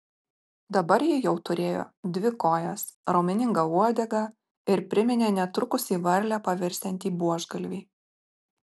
dabar ji jau turėjo dvi kojas raumeningą uodegą ir priminė netrukus į varlę pavirsiantį buožgalvį